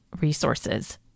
resources